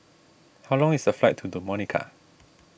how long is the flight to Dominica